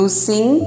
Using